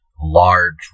large